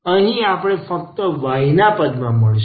અહીં આપણને ફક્ત y ના પદમાં મળશે